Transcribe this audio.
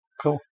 Cool